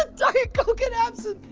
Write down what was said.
ah diet coke and absinthe.